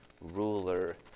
ruler